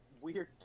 weird